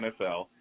NFL